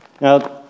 Now